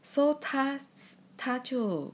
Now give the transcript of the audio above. so 他他就